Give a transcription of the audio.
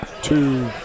Two